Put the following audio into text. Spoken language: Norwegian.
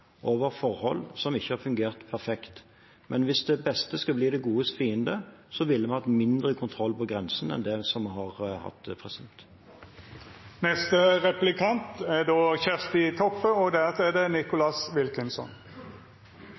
over forhold som ikke har fungert perfekt, kunne blitt mye lengre. Men hvis det beste skal bli det godes fiende, ville vi hatt mindre kontroll på grensen enn det vi har. Kommuneoverlegane står heilt sentralt i det kommunale smittevernarbeidet, og